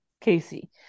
Casey